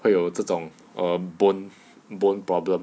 会有这种 err bone bone problem